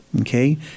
Okay